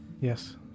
Yes